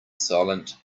silent